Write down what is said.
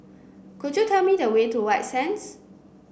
could you tell me the way to White Sands